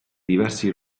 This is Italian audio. diversi